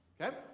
Okay